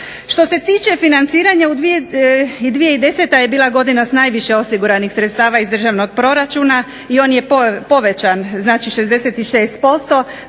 Što se tiče financiranja u 2010. godina je bila s najviše osiguranih sredstava iz državnog proračuna i on je povećan 66%,